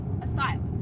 asylum